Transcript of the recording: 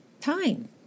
time